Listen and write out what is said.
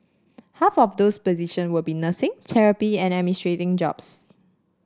half of those position will be nursing therapy and administrative jobs